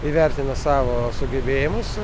įvertina savo sugebėjimus